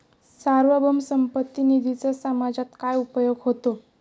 सार्वभौम संपत्ती निधीचा समाजात काय उपयोग होतो?